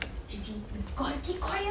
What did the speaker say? gigi you gonna keep quiet